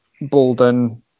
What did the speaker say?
Bolden